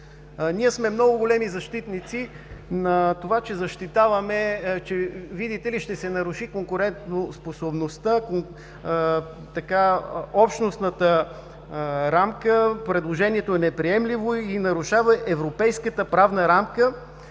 Ние сме много големи защитници на това, че защитаваме, че видите ли, ще се наруши конкурентоспособността, общностната рамка, предложението е неприемливо и нарушава европейската правна рамка.